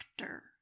actor